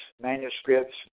manuscripts